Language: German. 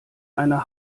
einer